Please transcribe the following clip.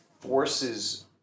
forces